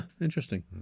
interesting